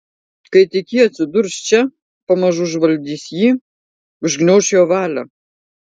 kai tik ji atsidurs čia pamažu užvaldys jį užgniauš jo valią